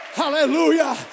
hallelujah